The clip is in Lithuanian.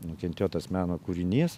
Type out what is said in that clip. nukentėjo tas meno kūrinys